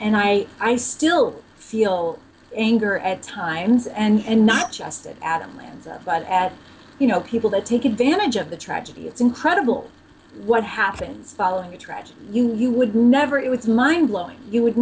and i i still feel anger at times and not just adam lanza but at you know people that take advantage of the tragedy it's incredible what happens following a tragedy you know you would never it was mindblowing you would